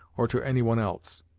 or to any one else.